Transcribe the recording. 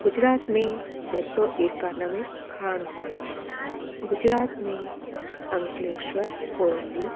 गुजरात में ॿ सौ एकानवे खाणूं आहिनि गुजरात में अंकलेश्वर कोयली